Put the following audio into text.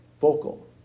vocal